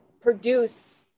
produce